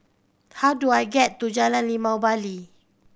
how do I get to Jalan Limau Bali